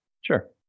Sure